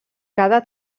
cada